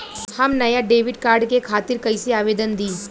हम नया debit card के खातिर कइसे आवेदन दीं?